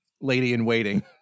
lady-in-waiting